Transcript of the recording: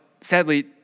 sadly